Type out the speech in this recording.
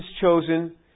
chosen